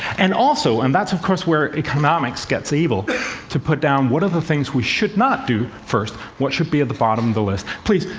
and also and that's, of course, where economics gets evil to put down what are the things we should not do, first. what should be at the bottom of the list? please,